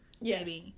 yes